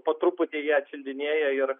po truputį jie atšildinėja ir